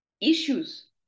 issues